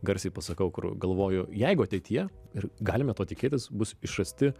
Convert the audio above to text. garsiai pasakau kur galvoju jeigu ateityje ir galime to tikėtis bus išrasti